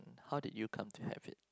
how did you come to have it